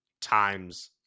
times